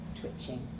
twitching